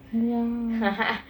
ya